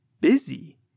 busy